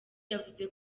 yavuze